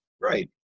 Right